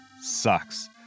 sucks